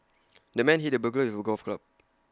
the man hit the burglar with A golf club